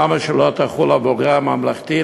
למה שלא תחול על בוגרי הממלכתי,